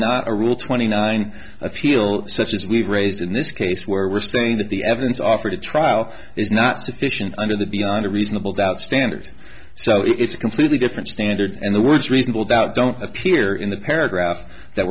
not a rule twenty nine i feel such as we've raised in this case where we're saying that the evidence offered a trial is not sufficient under the beyond a reasonable doubt standard so it's a completely different standard and the words reasonable doubt don't appear in the paragraph that